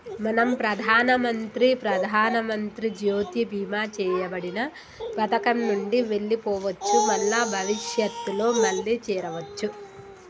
మనం ప్రధానమంత్రి ప్రధానమంత్రి జ్యోతి బీమా చేయబడిన పథకం నుండి వెళ్లిపోవచ్చు మల్ల భవిష్యత్తులో మళ్లీ చేరవచ్చు